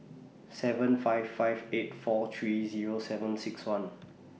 seven five five eight four three Zero seven six one